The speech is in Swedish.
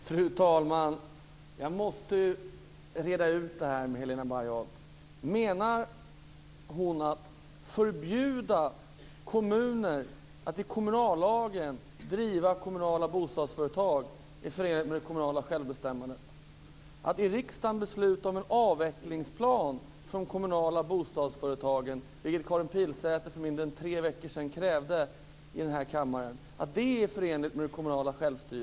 Fru talman! Jag måste reda ut detta med Helena Bargholtz. Menar hon att det är förenligt med det kommunala självbestämmandet att i kommunallagen förbjuda kommuner att driva kommunala bostadsföretag? Att i riksdagen besluta om en avvecklingsplan för de kommunala bostadsföretagen är vad Karin Pilsäter för mindre än tre veckor sedan krävde i den här kammaren. Är det förenligt med det kommunala självstyret?